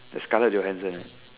that's Scarlett-Johanson right